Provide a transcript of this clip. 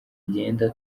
igenda